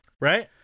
Right